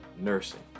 nursing